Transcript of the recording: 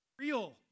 real